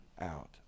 out